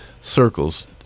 circles